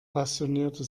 passionierte